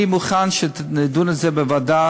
אני מוכן שנדון על זה בוועדה,